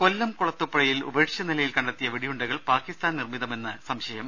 കൊല്ലം കുളത്തൂപ്പുഴയിൽ ഉപേക്ഷിച്ച നിലയിൽ കണ്ടെത്തിയ വെടിയുണ്ടകൾ പാകിസ്ഥാൻ നിർമ്മിതമെന്ന് സംശയം